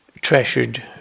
treasured